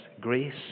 grace